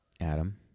Adam